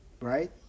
Right